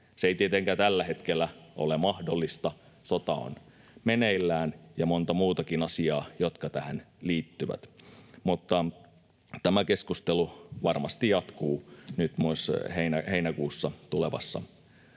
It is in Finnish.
Se ei tietenkään tällä hetkellä ole mahdollista — sota on meneillään ja monta muutakin asiaa, jotka tähän liittyvät. Mutta tämä keskustelu varmasti jatkuu myös tulevassa